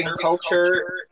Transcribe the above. culture